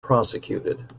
prosecuted